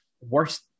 Worst